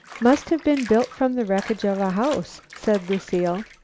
must have been built from the wreckage of a house, said lucile.